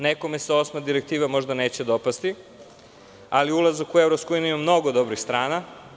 Nekome se Osma direktiva možda neće dopasti, ali ulazak u EU ima mnogo dobrih strana.